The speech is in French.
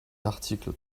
l’article